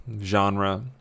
genre